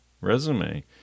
resume